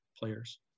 players